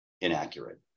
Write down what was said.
inaccurate